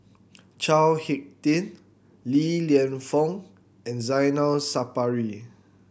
Chao Hick Tin Li Lienfung and Zainal Sapari